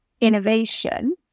innovation